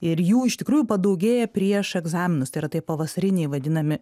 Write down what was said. ir jų iš tikrųjų padaugėja prieš egzaminus tai yra tai pavasariniai vadinami